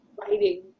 writing